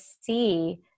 see